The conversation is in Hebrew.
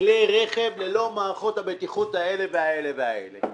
כלי רכב ללא מערכות הבטיחות האלה והאלה?